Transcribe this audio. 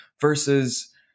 versus